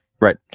Right